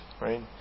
right